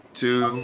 two